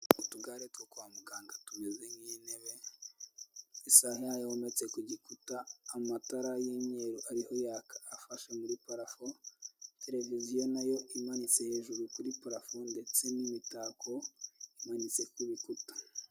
Utugare two kwa muganga tumeze nk'intebe isa nkaho yometse ku gikuta, amatara y'imyeru ariho yaka afashe muri parafo, televiziyo na yo imanitse hejuru kuri parafo ndetse n'imitako imanitse ku rukuta.